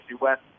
West